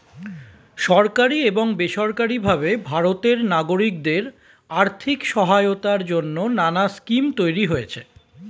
সরকারি এবং বেসরকারি ভাবে ভারতের নাগরিকদের আর্থিক সহায়তার জন্যে নানা স্কিম তৈরি হয়েছে